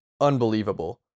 unbelievable